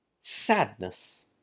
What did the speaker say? Sadness